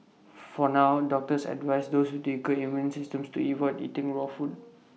for now doctors advise those with weaker immune systems to IT void eating raw food